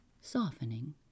softening